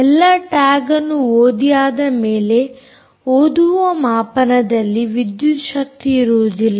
ಎಲ್ಲಾ ಟ್ಯಾಗ್ ಅನ್ನು ಓದಿ ಆದ ಮೇಲೆ ಓದುವ ಮಾಪನದಲ್ಲಿ ವಿದ್ಯುತ್ ಶಕ್ತಿಯಿರುವುದಿಲ್ಲ